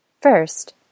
First